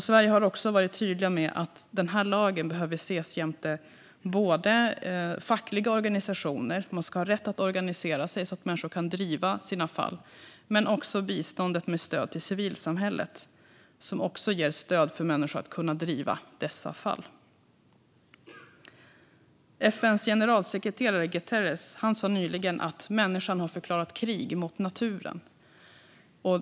Sverige har också varit tydliga med att denna lag behöver ses jämte både fackliga organisationer - man ska ha rätt att organisera sig så att människor kan driva sina fall - och biståndet med stöd till civilsamhället, som också ger stöd till människor för att de ska kunna driva dessa fall. FN:s generalsekreterare Guterres sa nyligen att människan har förklarat krig mot naturen.